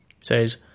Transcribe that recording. says